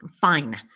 fine